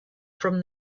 from